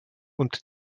und